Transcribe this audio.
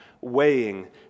weighing